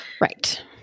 Right